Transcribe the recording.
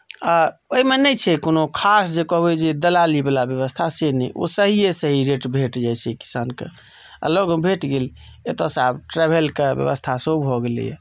आ ओहिमे नहि छै कोनो खास जे कहबै जे दलालीवला व्यवस्था से नहि ओ सहिए सही रेट भेट जाइत छै किसानकेँ आ लगमे भेट गेल एतयसँ आब ट्रेवलके व्यवस्था सेहो भऽ गेलैए